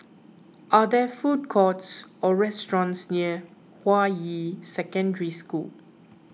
are there food courts or restaurants near Hua Yi Secondary School